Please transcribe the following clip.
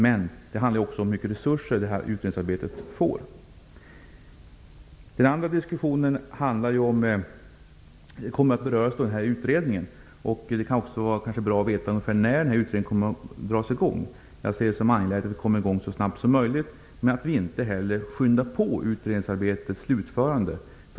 Men det handlar ju också om hur mycket resurser det här utredningsarbetet får. Den andra diskussionen kommer att beröras i utredningen. Det kan kanske vara bra att veta när den kommer att dras i gång. Jag ser det som angeläget att den kommer i gång så snabbt som möjligt, men vi skall inte påskynda utredningsarbetets slutförande.